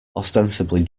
ostensibly